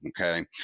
Okay